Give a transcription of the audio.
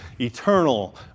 eternal